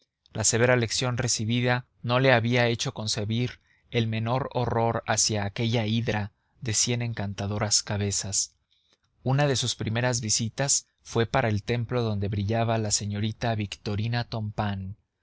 la severa lección recibida no le había hecho concebir el menor horror hacia aquella hidra de cien encantadoras cabezas una de sus primeras visitas fue para el templo donde brillaba la señorita victorina